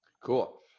cool